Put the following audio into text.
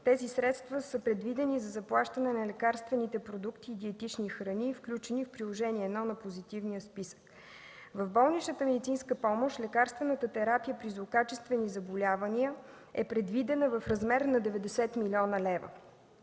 Тези средства са предвидени за заплащане на лекарствените продукти и диетични храни, включени в Приложение № 1 на Позитивния списък. В болничната медицинска помощ лекарствената терапия при злокачествени заболявания е предвидена в размер на 90 млн. лв.